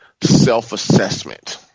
self-assessment